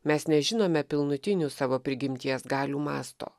mes nežinome pilnutinių savo prigimties galių masto